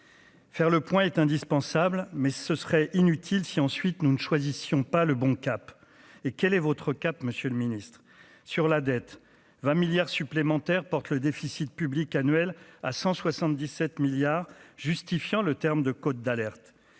Faire le point est indispensable, mais ce serait inutile si ensuite nous ne choisissons pas le bon cap et quelle est votre cap Monsieur le Ministre, sur la dette 20 milliards supplémentaires porte le déficit public annuel à 177 milliards justifiant le terme de cote d'alerte,